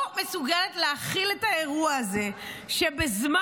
לא מסוגלת להכיל את האירוע הזה שבאמת,